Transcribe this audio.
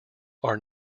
are